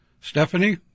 Stephanie